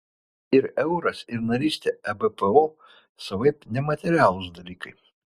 ir euras ir narystė ebpo savaip nematerialūs dalykai